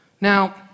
Now